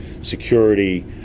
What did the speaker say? security